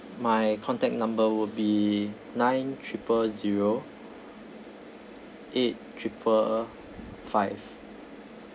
my contact number will be nine triple zero eight triple five